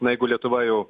na jeigu lietuva jau